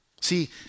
See